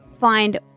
find